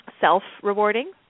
self-rewarding